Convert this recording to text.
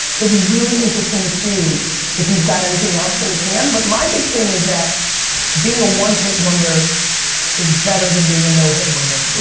it'll be really interesting to see if he's got anything else in the can. but my big thing is that being a one hit wonder is better than being a no hit wonder.